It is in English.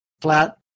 flat